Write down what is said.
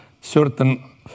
certain